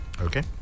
Okay